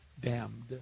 damned